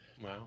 Wow